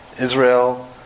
Israel